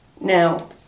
Now